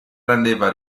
rendeva